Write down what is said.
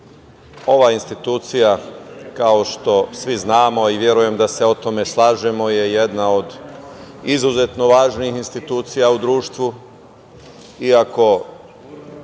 Ova institucija, kao što svi znamo i verujem da se u tome slažemo, je jedna od izuzetno važnih institucija u društvu, iako